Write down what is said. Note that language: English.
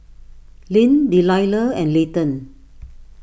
Lyn Delila and Layton